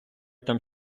там